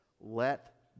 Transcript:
let